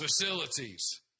facilities